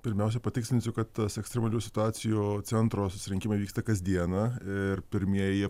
pirmiausia patikslinsiu kad tas ekstremalių situacijų centro susirinkimai vyksta kasdieną ir pirmieji jie